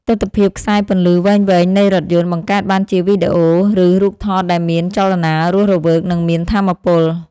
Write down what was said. ទិដ្ឋភាពខ្សែពន្លឺវែងៗនៃរថយន្ត បង្កើតបានជាវីដេអូឬរូបថតដែលមានចលនារស់រវើក និងមានថាមពល។